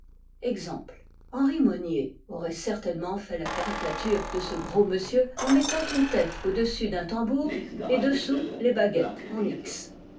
exemple henry monnier aurait certainement fait la caricature de ce gros monsieur en mettant une tête au-dessus d'un tambour et dessous les baguettes en x